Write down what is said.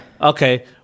Okay